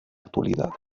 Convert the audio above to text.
actualidad